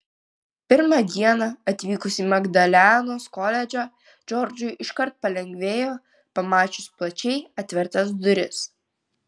pirmą dieną atvykus į magdalenos koledžą džordžui iškart palengvėjo pamačius plačiai atvertas duris